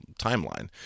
timeline